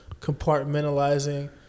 compartmentalizing